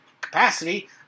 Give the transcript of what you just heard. capacity